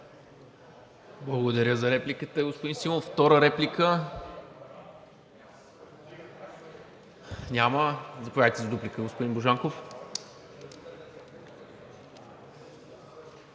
Благодаря за репликата, господин Симов. Втора реплика? Няма. Заповядайте за дуплика, господин Божанков.